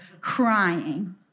crying